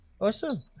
Awesome